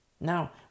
Now